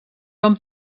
són